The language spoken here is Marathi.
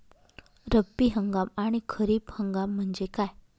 रब्बी हंगाम आणि खरीप हंगाम म्हणजे काय?